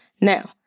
Now